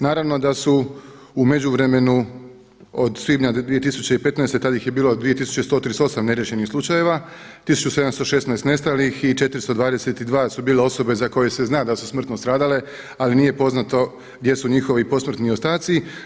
Naravno da su u međuvremenu od svibnja 2015., tada ih je bilo 2138 neriješenih slučajeva, 1716 nestalih i 422 su bile osobe za koje se zna da su smrtno stradale ali nije poznato gdje su njihovi posmrtni ostaci.